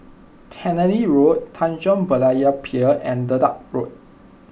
Tannery Road Tanjong Berlayer Pier and Dedap Road